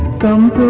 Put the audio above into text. come,